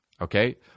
Okay